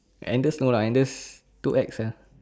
Andes no lah Andes too ex !huh!